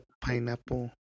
pineapple